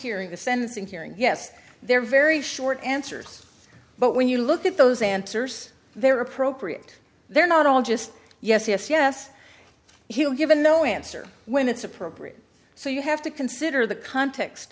hearing the sentencing hearing yes they're very short answers but when you look at those answers they're appropriate they're not all just yes yes yes he was given no answer when it's appropriate so you have to consider the context